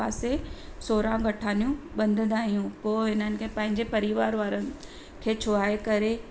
पासे सोरहं गठानियूं ॿधंदा आहियूं पोइ उन्हनि खे पंहिंजे परिवार वारनि खे छुआए करे